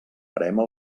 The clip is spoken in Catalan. verema